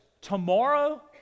Tomorrow